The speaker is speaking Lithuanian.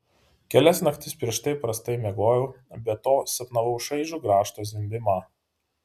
kelias naktis prieš tai prastai miegojau be to sapnavau šaižų grąžto zvimbimą